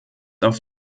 auf